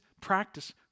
practice